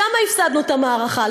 שם הפסדנו את המערכה,